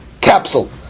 capsule